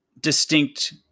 distinct